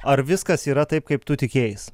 ar viskas yra taip kaip tu tikėjais